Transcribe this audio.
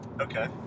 okay